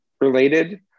related